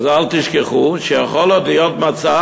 אז אל תשכחו שיכול עוד להיות מצב